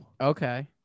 Okay